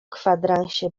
kwadransie